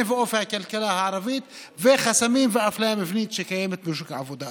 ואופי הכלכלה הערבית וחסמים ואפליה מבנית שקיימים בשוק העבודה.